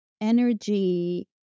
energy